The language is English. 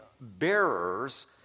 bearers